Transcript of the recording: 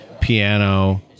piano